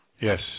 Yes